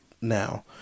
now